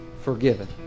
forgiven